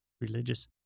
religious